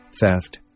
theft